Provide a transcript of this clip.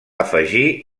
afegir